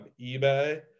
eBay